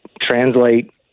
translate